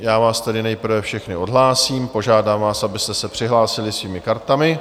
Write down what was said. Já vás tedy nejprve všechny odhlásím, požádám vás, abyste se přihlásili svými kartami.